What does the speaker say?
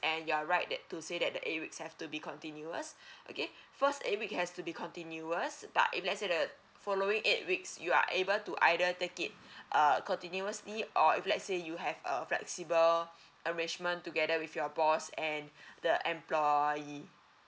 and you are right that to say that the eight week itself to be continuous okay first eight week has to be continuous but if let's say the following eight weeks you are able to either take it uh continuously or if let's say you have a flexible arrangement together with your boss and the employee